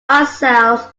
ourselves